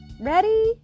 Ready